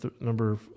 number